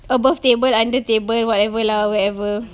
above table under table whatever lah wherever